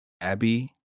Abby